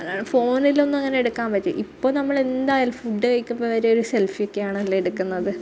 ഫോണിലൊന്നും അങ്ങനെ എടുക്കാന് പറ്റി ഇപ്പോൾ നമ്മൾ എന്തായാലും ഫുഡ് കഴിക്കുമ്പോൾ വരെ ഒരു സെല്ഫി ഒക്കെയാണ് അതിലെടുക്കുന്നത്